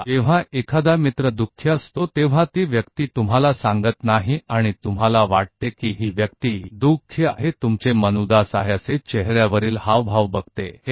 आप अपने दोस्त को देखते हैं जब दोस्त उदास होता है तब भी वह व्यक्ति आपको नहीं बताता है और आपको लगता है कि यह व्यक्ति दुखी है आपका मन चेहरे की अभिव्यक्ति को देखता है की वह उदासी है